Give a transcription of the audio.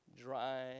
dry